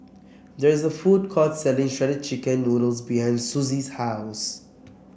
there is a food court selling Shredded Chicken Noodles behind Suzy's house